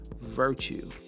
virtue